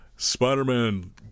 Spider-Man